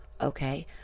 Okay